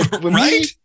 Right